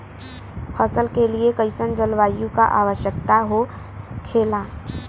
फसल के लिए कईसन जलवायु का आवश्यकता हो खेला?